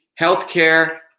healthcare